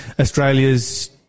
Australia's